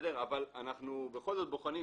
אבל אנחנו בכל זאת בוחנים,